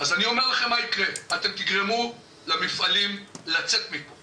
אני אומר לך מה יקרה, אתם תגרמו למפעלים לצאת מפה